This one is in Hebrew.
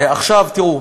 עכשיו תראו: